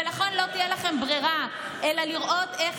ולכן לא תהיה לכם ברירה אלא לראות איך